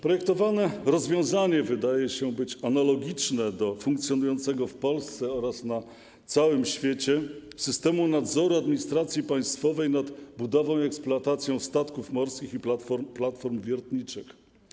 Projektowane rozwiązanie wydaje się analogiczne do funkcjonującego w Polsce oraz na całym świecie systemu nadzoru administracji państwowej nad budową i eksploatacją statków morskich i platform wiertniczych.